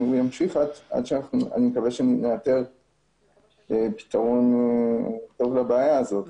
זה ימשיך, ואני מקווה שנאתר פתרון טוב לבעיה הזאת.